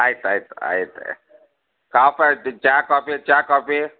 ಆಯ್ತು ಆಯ್ತು ಆಯ್ತು ಕಾಫಾ ಟಿ ಚಾ ಕಾಫಿ ಚಾ ಕಾಫಿ